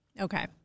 Okay